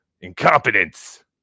incompetence